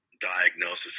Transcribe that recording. diagnosis